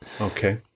Okay